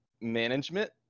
management